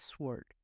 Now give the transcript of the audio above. sword